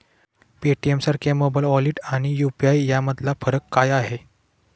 पेटीएमसारख्या mobile wallet आणि UPI यामधला फरक काय आहे?